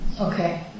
Okay